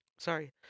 sorry